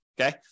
okay